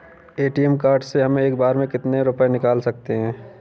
ATM card से हम एक बार में कितने रुपये निकाल सकते हैं?